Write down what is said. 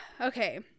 Okay